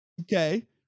Okay